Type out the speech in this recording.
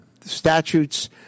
statutes